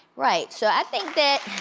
right, so i think that.